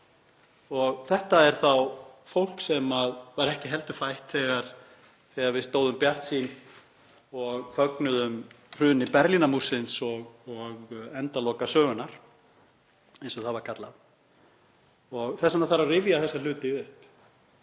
Þetta er þá fólk sem var ekki heldur fætt þegar við stóðum bjartsýn og fögnuðum hruni Berlínarmúrsins og endalokum sögunnar, eins og það var kallað. Þess vegna þarf að rifja þessa hluti upp.